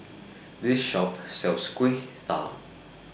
This Shop sells Kueh Talam